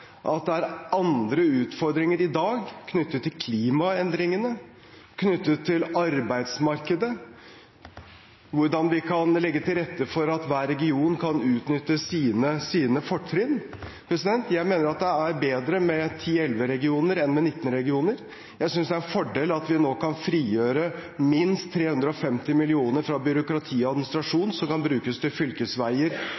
at det er andre utfordringer i dag, knyttet til klimaendringene, knyttet til arbeidsmarkedet og hvordan vi kan legge til rette for at hver region kan utnytte sine fortrinn. Jeg mener at det er bedre med 10–11 regioner enn med 19 regioner. Jeg synes det er en fordel at vi nå kan frigjøre minst 350 mill. kr fra byråkrati og